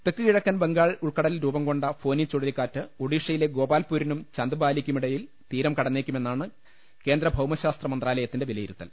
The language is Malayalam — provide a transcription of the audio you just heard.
തെക്ക് കിഴക്കൻ ബംഗാൾ ഉൾക്കടലിൽ രൂപം കൊണ്ട ഫോനി ചുഴലിക്കാറ്റ് ഒഡീഷയിലെ ഗോപാൽപൂരിനും ചാന്ദ്ബാ ലിക്കുമിടയിൽ തീരം കടന്നേക്കുമെന്നാണ് കേന്ദ്ര ഭൌമശാസ്ത്ര മന്ത്രാലയത്തിന്റെ വിലയിരുത്തൽ